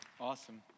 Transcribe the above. Awesome